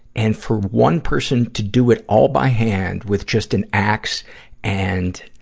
and for one person to do it all by hand with just an axe and,